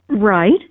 Right